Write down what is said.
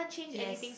yes